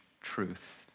truth